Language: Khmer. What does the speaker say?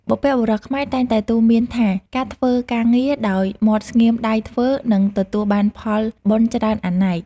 បុព្វបុរសខ្មែរតែងតែទូន្មានថាការធ្វើការងារដោយមាត់ស្ងៀមដៃធ្វើនឹងទទួលបានផលបុណ្យច្រើនអនេក។